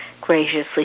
graciously